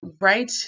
right